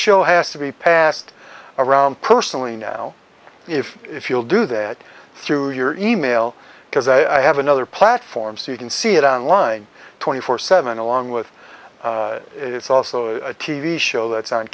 show has to be passed around personally now if if you'll do that through your e mail because i have another platform so you can see it on line twenty four seven along with it's also a t v show that's on